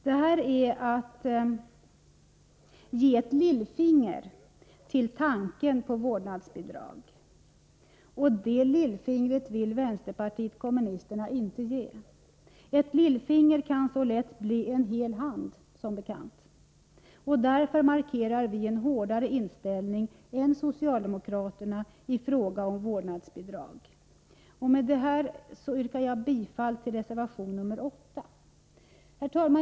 Det här är detsamma som att ge ett lillfinger beträffande tanken på vårdnadsbidrag. Och det lillfingret vill vänsterpartiet kommunisterna inte ge. Ett lillfinger kan så lätt bli en hel hand, som bekant. Därför markerar vi en hårdare inställning än socialdemokraterna i fråga om vårdnadsbidrag. Med detta yrkar jag bifall till reservation nr 8. Herr talman!